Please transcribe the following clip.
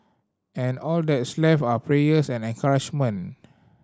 and all that's left are prayers and encouragement